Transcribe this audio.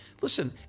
listen